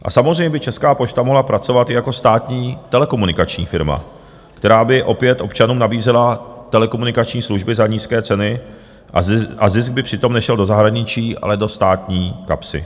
A samozřejmě by Česká pošta mohla pracovat i jako státní telekomunikační firma, která by opět občanům nabízela telekomunikační služby za nízké ceny a zisk by přitom nešel do zahraničí, ale do státní kapsy.